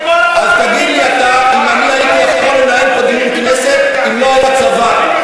אז תגיד לי אתה אם אני הייתי יכול לנהל פה דיון בכנסת אם לא היה צבא,